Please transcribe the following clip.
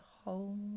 hold